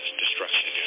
destruction